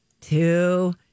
two